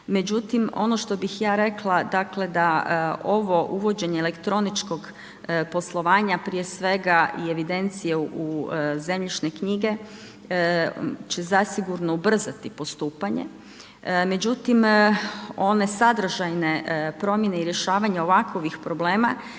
Međutim ono što bih ja rekla dakle da ovo uvođenje elektroničkog poslovanja prije svega i evidencije u zemljišne knjige će zasigurno ubrzati postupanje međutim one sadržajne promjene i rješavanja ovakvih problema